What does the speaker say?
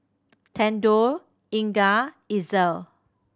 Thedore Inga Itzel